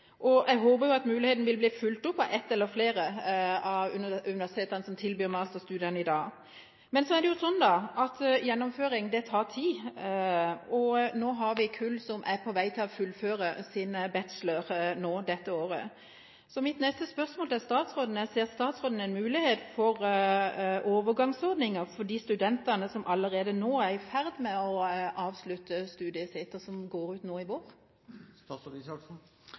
Jeg håper at muligheten vil bli fulgt opp av ett eller flere av universitetene som tilbyr masterstudier i dag. Så er det slik at gjennomføring tar tid. Nå har vi et kull som er på vei til å fullføre sine bachelorstudier dette året. Så mitt spørsmål til statsråden blir: Ser statsråden en mulighet for overgangsordninger for de studentene som allerede er i ferd med å avslutte studiene sine, og som går ut nå i vår?